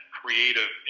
creative